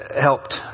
helped